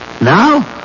Now